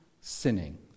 sinning